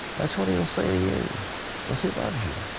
that's what he'll say to you because he loves you.